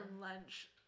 lunch